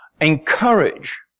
encourage